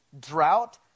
drought